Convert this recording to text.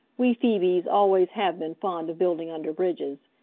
we phoebes always have been fond of building under bridges.